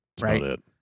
right